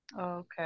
okay